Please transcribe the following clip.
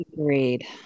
Agreed